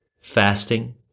fasting